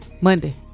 Monday